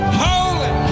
holy